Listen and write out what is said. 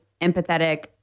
empathetic